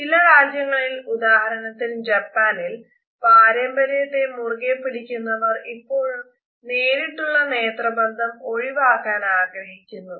ചില രാജ്യങ്ങളിൽ ഉദാഹരണത്തിന് ജപ്പാനിൽ പാരമ്പര്യത്തെ മുറുകെ പിടിക്കുന്നവർ ഇപ്പോഴും നേരിട്ടുള്ള നേത്രബന്ധം ഒഴിവാക്കാൻ ആഗ്രഹിക്കുന്നു